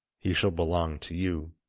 he shall belong to you